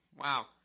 Wow